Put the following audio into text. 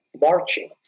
marching